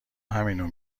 همینو